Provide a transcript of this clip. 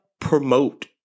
promote